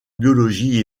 biologie